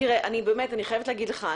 אני חייבת להגיד לך,